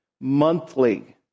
monthly